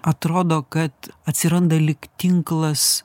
atrodo kad atsiranda lyg tinklas